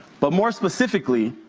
but more specifically,